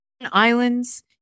islands